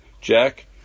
Jack